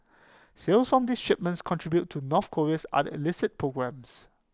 sales from these shipments contribute to north Korea's other illicit programmes